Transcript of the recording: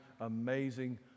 amazing